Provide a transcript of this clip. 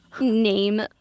name